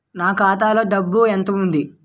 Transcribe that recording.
నా ఖాతాలో డబ్బు ఎంత ఉంది?